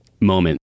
moment